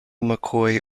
mccoy